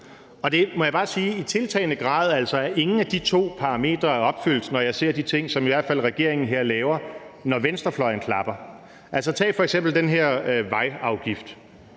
må jeg altså bare sige, at ingen af de to parametre i tiltagende grad er opfyldt, når jeg ser de ting, som i hvert fald regeringen her laver, hvor venstrefløjen klapper. Altså, tag f.eks. den her vejafgift.